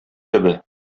төбе